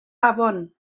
afon